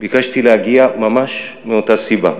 ביקשתי להגיע ממש מאותה סיבה.